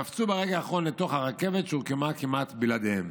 קפצו ברגע האחרון לתוך הרכבת שהורכבה כמעט בלעדיהם.